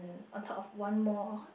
on top of one more